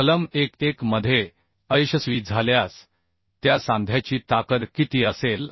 कलम 1 1 मध्ये अयशस्वी झाल्यास त्या सांध्याची ताकद किती असेल